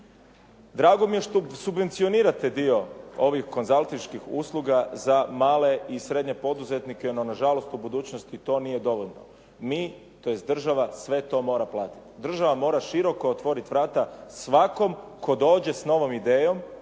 Drago mi je što subvencionirate dio ovih konzaltinških usluga za male i srednje poduzetnike, no nažalost u budućnosti to nije dovoljno. Mi, tj. država sve to mora platiti. Država mora široko otvoriti vrata svakome tko dođe s novom idejom